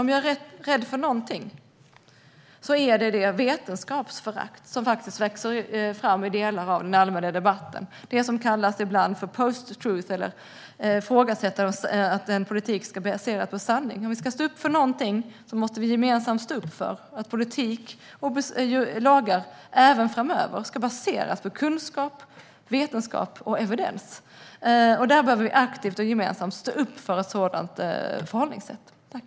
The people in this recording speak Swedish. Om jag är rädd för någonting är det det vetenskapsförakt som faktiskt växer fram i delar av den allmänna debatten. Det som ibland kallas post-truth - ifrågasättande av att politiken ska baseras på sanning. Om vi ska stå upp för någonting måste vi gemensamt stå upp för att politiken och lagar även framöver ska baseras på kunskap, vetenskap och evidens. Vi behöver aktivt och gemensamt stå upp för ett sådant förhållningssätt. Svar på interpellationer